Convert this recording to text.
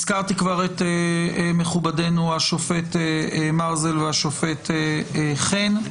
הזכרתי כבר את מכובדינו השופט יגאל מרזל והשופט אביטל חן.